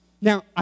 Now